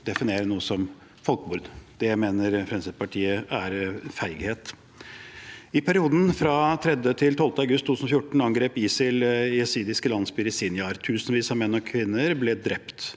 definere noe som folkemord. Det mener Fremskrittspartiet er feighet. I perioden fra 3.–12. august 2014 angrep ISIL jesidiske landsbyer i Sinjar. Tusenvis av menn og kvinner ble drept.